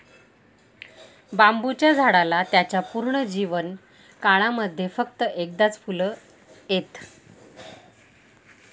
बांबुच्या झाडाला त्याच्या पूर्ण जीवन काळामध्ये फक्त एकदाच फुल येत